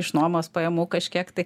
iš nuomos pajamų kažkiek tai